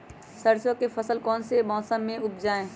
सरसों की फसल कौन से मौसम में उपजाए?